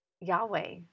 Yahweh